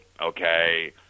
okay